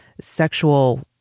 sexual